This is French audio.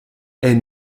est